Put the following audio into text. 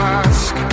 ask